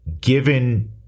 given